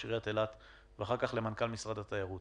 עיריית אילת ואחר כך למנכ"ל משרד התיירות